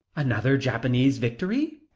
another japanese victory?